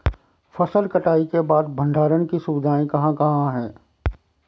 फसल कटाई के बाद भंडारण की सुविधाएं कहाँ कहाँ हैं?